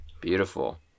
beautiful